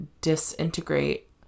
disintegrate